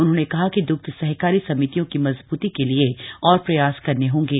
उन्होंने कहा कि दुग्ध सहकारी समितियों की मजबूती के लिए और प्रयास करने होंगे